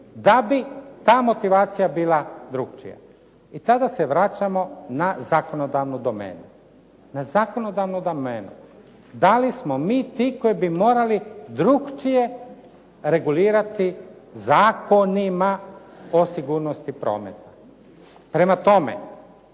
da bi ta motivacija bila drukčija? I tada se vraćamo na zakonodavnu domenu, na zakonodavnu domenu. Da li smo mi ti koji bi morali drukčije regulirati zakonima o sigurnosti prometa? Prema tome,